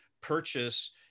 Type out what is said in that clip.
purchase